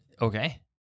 Okay